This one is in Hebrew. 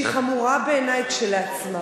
שהיא חמורה בעיני כשלעצמה,